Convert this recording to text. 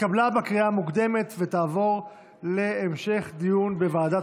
התשפ"ב 2021, לוועדה